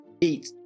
eat